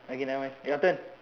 okay never mind your turn